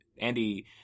Andy